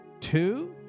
Two